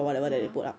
ya